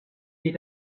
geht